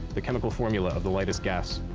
the chemical formula of the lightest gas.